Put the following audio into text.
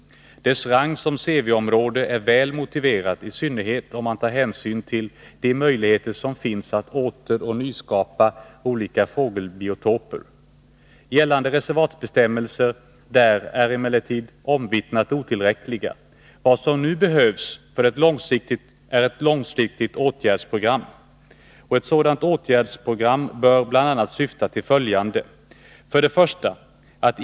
Dess rang som CW-område är väl motiverad, i synnerhet om man tar hänsyn till de möjligheter som finns att återoch nyskapa olika fågelbiotoper. Gällande reservatbestämmelser är där emellertid omvittnat otillräckliga. Vad som nu behövs är ett långsiktigt åtgärdsprogram. Ett sådant åtgärdsprogram bör bl.a. syfta till följande: 1.